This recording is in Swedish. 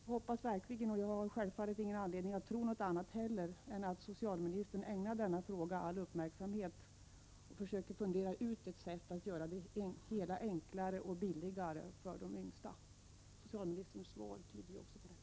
Jag hoppas verkligen — och jag har självfallet ingen anledning att tro någonting annat — att socialministern ägnar denna fråga all uppmärksamhet och försöker fundera ut ett sätt att göra det hela enklare och billigare för de yngsta. Socialministerns svar tyder också på detta.